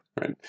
Right